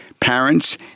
parents